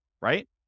right